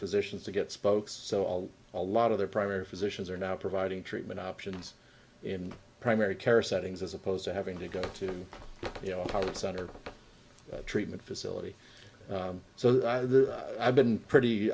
physicians to get spokes so all a lot of their primary physicians are now providing treatment options in primary care settings as opposed to having to go to you know power center treatment facility so i've been pretty